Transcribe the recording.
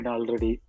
already